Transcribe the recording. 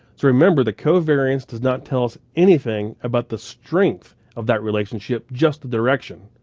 so remember, the covariance does not tell us anything about the strength of that relationship, just the direction.